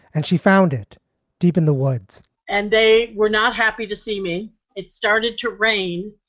and she found it deep in the woods and they were not happy to see me it started to rain.